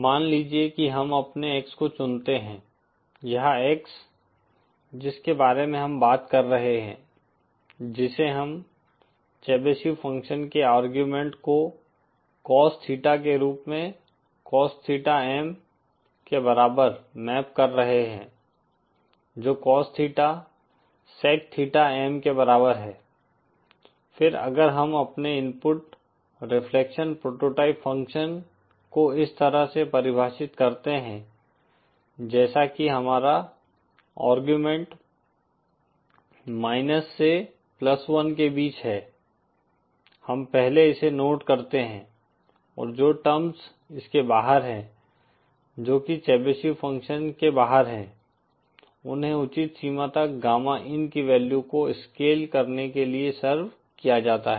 मान लीजिए कि हम अपने X को चुनते हैं यह X जिसके बारे में हम बात कर रहे हैं जिसे हम चेबीशेव फ़ंक्शन के आर्गुमेंट को कॉस थीटा के रूप में कॉस थीटा M के बराबर मैप कर रहे हैं जो cos theta sec theta M के बराबर है फिर अगर हम अपने इनपुट रिफ्लेक्शन प्रोटोटाइप फंक्शन को इस तरह से परिभाषित करते हैं जैसा कि हमारा आर्गुमेंट माइनस से प्लस वन के बीच है हम पहले इसे नोट करते हैं और जो टर्म्स इसके बाहर हैं जो कि चेबिशेव फ़ंक्शन के बाहर हैं उन्हें उचित सीमा तक गामा इन की वैल्यू को स्केल करने के लिए सर्व किया जाता है